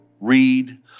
read